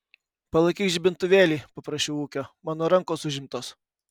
palaikyk žibintuvėlį paprašiau ūkio mano rankos užimtos